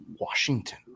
washington